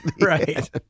Right